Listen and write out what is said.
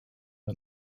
you